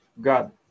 God